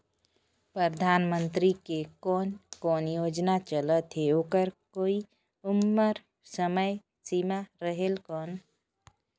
परधानमंतरी के कोन कोन योजना चलत हे ओकर कोई उम्र समय सीमा रेहेल कौन?